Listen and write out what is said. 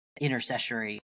intercessory